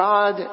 God